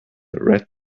red